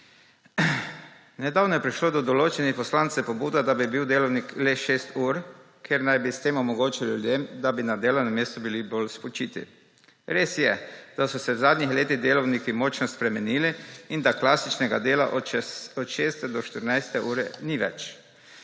Nedavno je prišlo od določenih poslancev pobuda, da bi bil delavnik le 6 ur, ker naj bi s tem omogočili ljudem, da bi na delovnem mestu bili bolj spočiti. Res je, da so se v zadnjih letih delavniki močno spremenili in da klasičnega dela od 6. do 14. ure ni več.